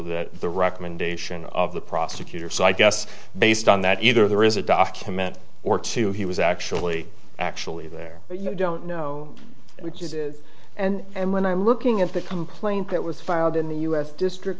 that the recommendation of the prosecutor so i guess based on that either there is a document or two he was actually actually there you don't know which is and when i'm looking at the complaint that was filed in the u s district